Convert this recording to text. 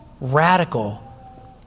radical